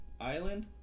island